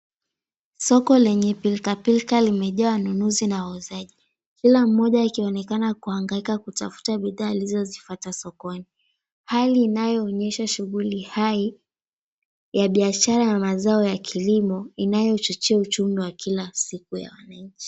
Soko lenye pilkapilka limejaa wanunuzi na wauzaji kila mmoja akionekana kuhangaika kutafuta bidhaa alizozifuata sokoni, hali inayoonyesha shughuli hai ya biashara ya mazao ya kilimo inayochochea uchumi wa kila siku ya wananchi.